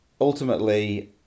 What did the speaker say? ultimately